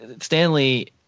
Stanley